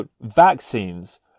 Vaccines